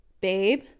babe